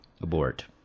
abort